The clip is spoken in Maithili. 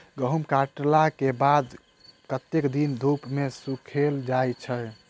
गहूम कटला केँ बाद कत्ते दिन धूप मे सूखैल जाय छै?